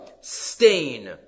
stain